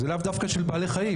זה לאו דווקא של בעלי חיים,